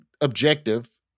objective